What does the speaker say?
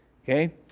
Okay